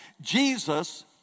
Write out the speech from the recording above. Jesus